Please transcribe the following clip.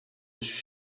his